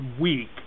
week